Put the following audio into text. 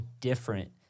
different